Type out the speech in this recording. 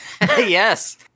Yes